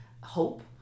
hope